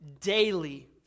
daily